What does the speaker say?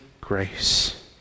grace